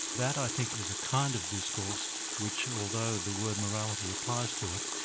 that i think is a kind of discourse which, although the word morality applies to it,